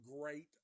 great